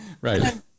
Right